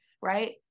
right